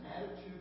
attitude